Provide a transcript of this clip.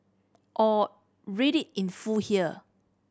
or read it in full here